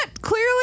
clearly